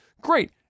great